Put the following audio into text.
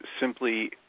simply